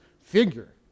figure